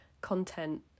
content